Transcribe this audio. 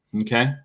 Okay